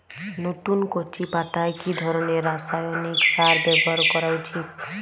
নতুন কচি পাতায় কি ধরণের রাসায়নিক সার ব্যবহার করা উচিৎ?